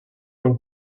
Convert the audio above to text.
non